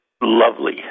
Lovely